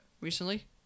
recently